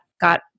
got